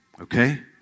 Okay